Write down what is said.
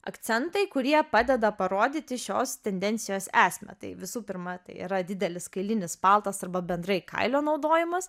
akcentai kurie padeda parodyti šios tendencijos esmę tai visų pirma tai yra didelis kailinis paltas arba bendrai kailio naudojimas